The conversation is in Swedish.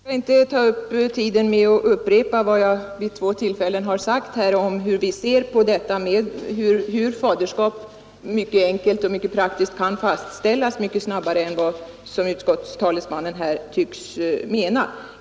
Fru talman! Jag skall inte ta upp tiden med att upprepa vad jag vid två tillfällen har sagt om hur, som vi ser det, faderskapet mycket enkelt och praktiskt kan fastställas. Det kan ske mycket snabbare än vad utskottets talesman här tycks mena.